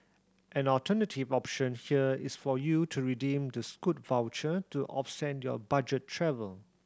an alternative option here is for you to redeem the Scoot voucher to offset your budget travel